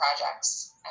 projects